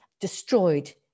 destroyed